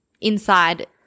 inside